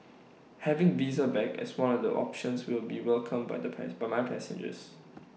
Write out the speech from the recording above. having visa back as one of the options will be welcomed by the pass by my passengers